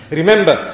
remember